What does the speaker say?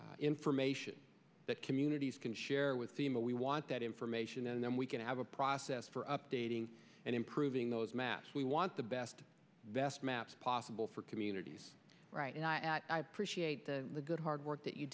better information that communities can share with them but we want that information and then we can have a process for updating and improving those maps we want the best best maps possible for communities right and i appreciate the good hard work that you